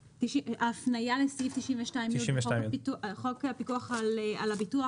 ההפניה לסעיף 92(י) בחוק הפיקוח על הביטוח,